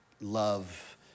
love